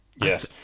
Yes